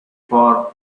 for